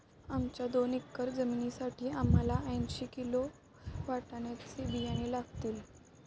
आमच्या दोन एकर जमिनीसाठी आम्हाला ऐंशी किलो वाटाण्याचे बियाणे लागतील